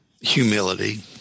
Humility